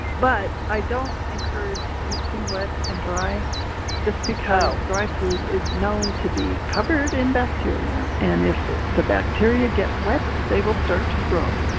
but i don't encourage mixing wet and dry just because dry food is known to be covered in bacteria and if the bacteria get wet they will start to grow.